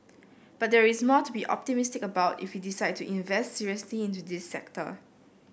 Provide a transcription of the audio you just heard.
but there is more to be optimistic about if we decide to invest seriously into this sector